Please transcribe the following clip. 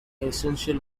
essential